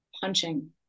punching